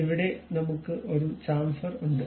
ഇവിടെ നമുക്ക് ഒരു ചാംഫർ ഉണ്ട്